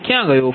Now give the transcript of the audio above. તે ક્યાં ગયો